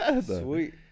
Sweet